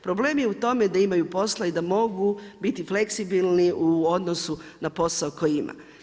Problem je u tome da imaju posla i da mogu biti fleksibilni u odnosu na posao koji ima.